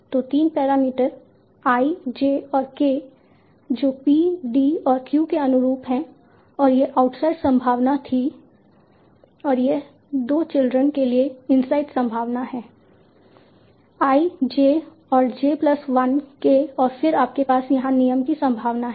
तो 3 parameter i j और k जो p d और q के अनुरूप हैं और यह आउटसाइड संभावना थी और यह दो चिल्ड्रन के लिए इनसाइड संभावना है i j और j plus 1 k और फिर आपके पास यहाँ नियम की संभावना है